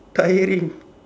tiring